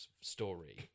story